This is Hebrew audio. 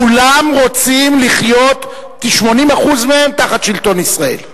כולם רוצים לחיות, כ-80% מהם, תחת שלטון ישראל.